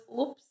oops